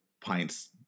pints